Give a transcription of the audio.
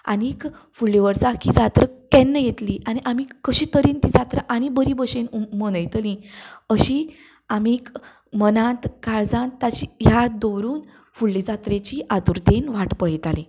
आनी फुडले वर्सा ती जात्रा केन्ना येतली आनी आमी कशे तरेन ती जात्रा आनीक बरे भशेन मनयतली अशी आमी मनांत काळजांत ताची याद दवरून फुडले जात्रेची आतुरतेंत वाट पळयतालीं